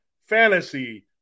fantasy